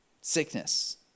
Sickness